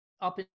up